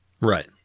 Right